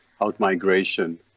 out-migration